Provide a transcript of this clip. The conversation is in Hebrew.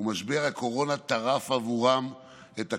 ומשבר הקורונה טרף להם את הקלפים.